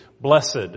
blessed